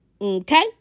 okay